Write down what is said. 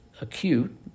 acute